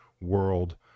world